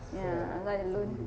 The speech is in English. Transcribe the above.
ya like alone